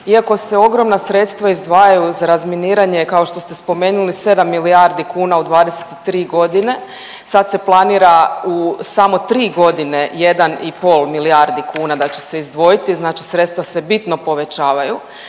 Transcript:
iako se ogromna sredstva izdvajaju za razminiranje kao što ste spomenuli sedam milijardi kuna u 23 godine, sad se planira u samo tri godine 1,5 milijardi kuna da će se izdvojiti, znači sredstva se bitno povećavaju,